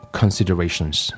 considerations